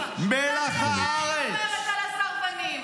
אני עדיין אומרת על הסרבנים,